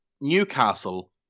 Newcastle